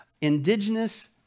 indigenous